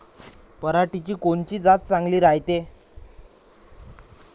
पऱ्हाटीची कोनची जात चांगली रायते?